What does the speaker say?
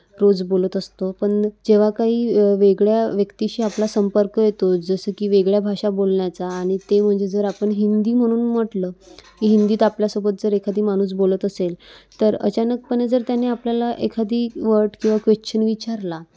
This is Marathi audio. रोज बोलत असतो पण जेव्हा काही वेगळ्या व्यक्तीशी आपला संपर्क येतो जसं की वेगळ्या भाषा बोलण्याचा आणि ते म्हणजे जर आपण हिंदी म्हणून म्हटलं की हिंदीत आपल्यासोबत जर एखादी माणूस बोलत असेल तर अचानकपणे जर त्याने आपल्याला एखादी वर्ड किंवा क्वेश्चन विचारला